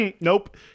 nope